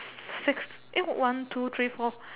six eh one two three four